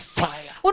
fire